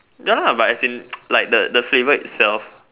ya but as in like the the flavour itself